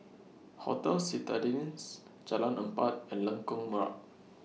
Hotel Citadines Jalan Empat and Lengkok Merak